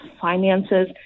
finances